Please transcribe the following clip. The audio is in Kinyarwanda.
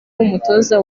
umutoza